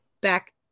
back